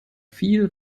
viel